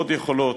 עוד יכולות,